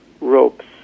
ropes